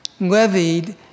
levied